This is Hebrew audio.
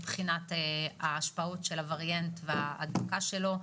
כדי לבחון את ההשפעות של הווריאנט וההדבקה שלו.